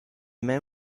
men